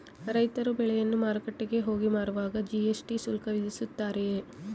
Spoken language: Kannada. ರೈತರು ಬೆಳೆಯನ್ನು ಮಾರುಕಟ್ಟೆಗೆ ಹೋಗಿ ಮಾರುವಾಗ ಜಿ.ಎಸ್.ಟಿ ಶುಲ್ಕ ವಿಧಿಸುತ್ತಾರೆಯೇ?